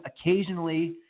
Occasionally